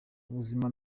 ubuzima